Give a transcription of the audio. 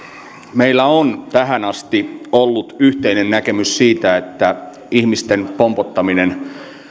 meillä on tähän asti ollut yhteinen näkemys siitä että ihmisten pompottaminen